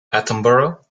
attenborough